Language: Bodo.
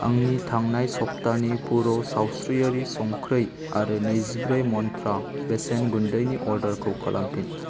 आंनि थांनाय सब्थानि पुर' सावस्रियारि संख्रै आरो नैजिब्रै मन्त्रा बेसन गुन्दैनि अर्डारखौ खालामफिन